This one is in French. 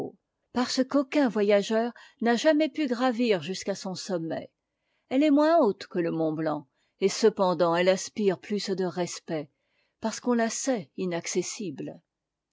parce qu'aucun voyageur n'a jamais pu gravir jusqu'à son sommet elle est moins haute que le mont blanc et cependant elle inspire plus de respect parce qu'on la sait inaccessible